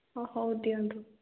ହଁ ହଉ ଦିଅନ୍ତୁ